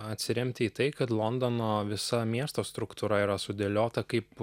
atsiremti į tai kad londono visa miesto struktūra yra sudėliota kaip